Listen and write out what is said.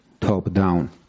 top-down